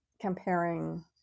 comparing